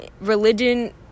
religion